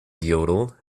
yodel